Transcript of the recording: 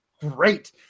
great